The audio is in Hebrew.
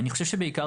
אני חושב שעיקר